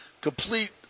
complete